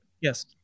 Yes